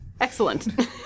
Excellent